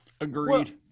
Agreed